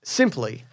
simply